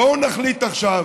בואו נחליט עכשיו